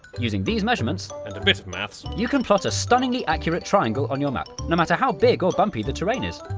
using these measurements and a bit of maths you can plot a stunningly accurate triangle on your map, no matter how big or bumpy the terrain is.